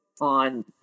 on